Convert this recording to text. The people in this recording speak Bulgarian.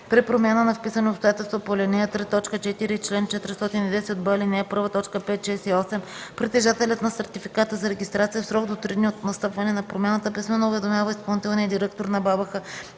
При промяна на вписани обстоятелства по ал. 3, т. 4 и чл. 410б, ал. 1, т. 5, 6 и 8 притежателят на сертификата за регистрация в срок до 3 дни от настъпване на промяната писмено уведомява изпълнителния директор на БАБХ